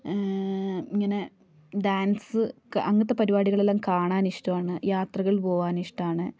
ഇങ്ങനെ ഡാൻസ് അങ്ങനത്തെ പരിപാടികളെല്ലാം കാണാൻ ഇഷ്ടമാണ് യാത്രകൾ പോകാൻ ഇഷ്ടമാണ്